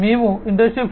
మేము ఇండస్ట్రీ 4